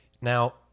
Now